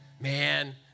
man